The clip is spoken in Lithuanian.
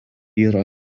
yra